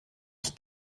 ich